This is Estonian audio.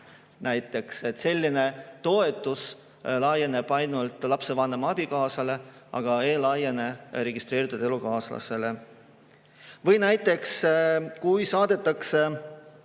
last. Selline toetus laieneb ainult lapse vanema abikaasale, aga ei laiene registreeritud elukaaslasele. Või näiteks, kui saadetakse